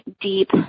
deep